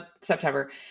September